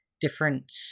different